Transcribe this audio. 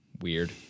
Weird